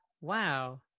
wow